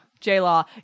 J-Law